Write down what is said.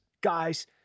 Guys